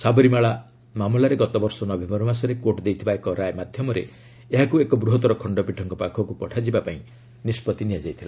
ସାବରିମାଳା ମାମଲାରେ ଗତବର୍ଷ ନଭେମ୍ବର ମାସରେ କୋର୍ଟ ଦେଇଥିବା ଏକ ରାୟ ମାଧ୍ୟମରେ ଏହାକୁ ଏକ ବୃହତର ଖଣ୍ଡପୀଠଙ୍କ ପାଖକୁ ପଠାଯିବାକ୍ତ ନିଷ୍ପଭି ନେଇଥିଲେ